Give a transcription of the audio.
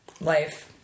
life